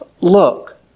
look